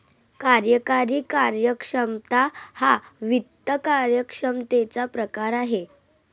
कार्यकारी कार्यक्षमता हा वित्त कार्यक्षमतेचा प्रकार आहे